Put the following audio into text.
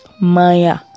maya